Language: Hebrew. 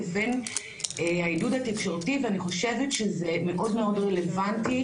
לבין העידוד התקשורתי ואני חושבת שזה מאוד מאוד רלוונטי,